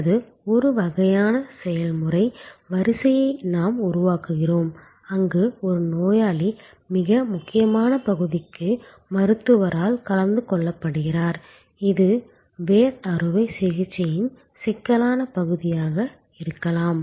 அல்லது ஒரு வகையான செயல்முறை வரிசையை நாம் உருவாக்குகிறோம் அங்கு ஒரு நோயாளி மிக முக்கியமான பகுதிக்கு மருத்துவரால் கலந்து கொள்ளப்படுகிறார் இது வேர் அறுவை சிகிச்சையின் சிக்கலான பகுதியாக இருக்கலாம்